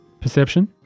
perception